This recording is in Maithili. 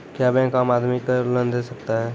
क्या बैंक आम आदमी को लोन दे सकता हैं?